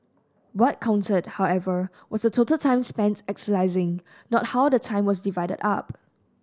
what counted however was the total time spent exercising not how the time was divided up